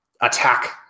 attack